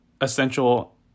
essential